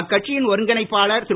அக்கட்சியின் ஒருங்கிணைப்பாளர் திரு